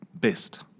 best